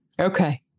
okay